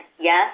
yes